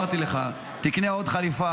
אמרתי לך: תקנה עוד חליפה,